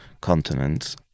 continents